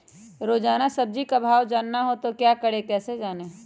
रोजाना सब्जी का भाव जानना हो तो क्या करें कैसे जाने?